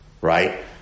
right